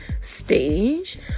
stage